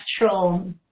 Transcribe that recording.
natural